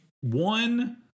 One